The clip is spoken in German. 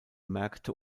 märkte